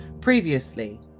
Previously